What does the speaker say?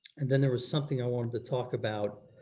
and then there was something i wanted to talk about,